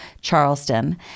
Charleston